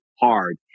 hard